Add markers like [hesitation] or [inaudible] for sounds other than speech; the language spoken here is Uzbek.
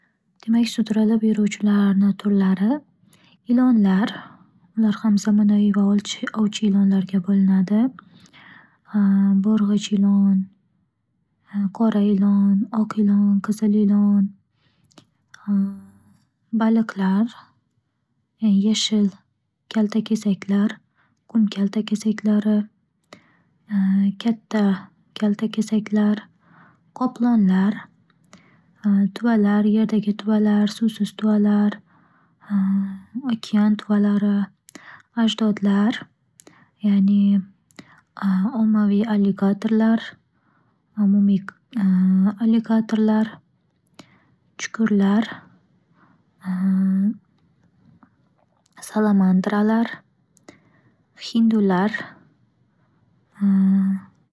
Demak, sudralib yuruvchilarni turlari. Ilonlar, ular ham zamonaviy va ovch-ovchi ilonlarga bo'linadi. [hesitation] Bo'rg'ich ilon, qora ilon, oq ilon, qizil ilon, [hesitation] baliqlar, yashil kaltakesaklar, qum kaltakesaklari, [hesitation] katta kaltakesaklar, qoplonlar, tuvalar, yerdagi tuvalar, suvsiz tuvalar, [hesitation] okean tuvalari, ajdodlar ya'ni [hesitation] ommaviy alligatorlar, amomiq aligatorlar, chukurlar, [hesitation] salamadralar, hindular [hesitation]